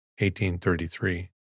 1833